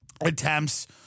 attempts